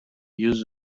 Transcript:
use